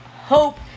hope